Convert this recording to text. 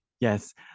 Yes